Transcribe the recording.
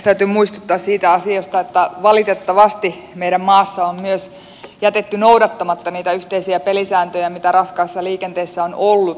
täytyy muistuttaa siitä asiasta että valitettavasti meidän maassa on myös jätetty noudattamatta niitä yhteisiä pelisääntöjä mitä raskaassa liikenteessä on ollut